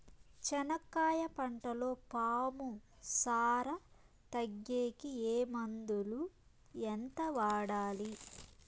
చెనక్కాయ పంటలో పాము సార తగ్గేకి ఏ మందులు? ఎంత వాడాలి?